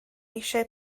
eisiau